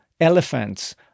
elephants